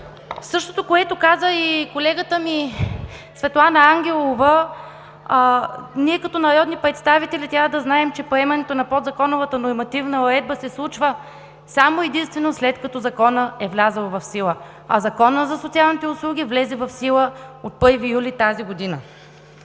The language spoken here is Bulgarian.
Същото, което каза и колегата ми Светлана Ангелова, ние като народни представители трябва да знаем, че приемането на подзаконовата нормативна уредба се случва само и единствено след като законът е влязъл в сила, а Законът за социалните услуги влезе в сила от 1 юли тази година.